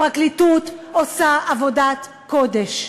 הפרקליטות עושה עבודת קודש,